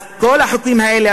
אז כל החוקים האלה,